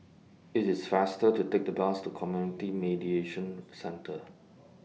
IT IS faster to Take The Bus to Community Mediation Centre